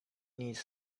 needs